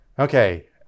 Okay